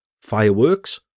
fireworks